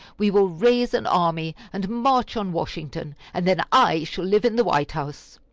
we will raise an army and march on washington, and then i shall live in the white house.